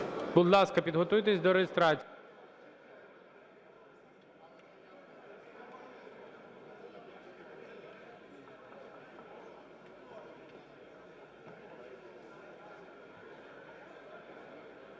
Будь ласка, підготуйтесь до реєстрації.